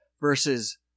Versus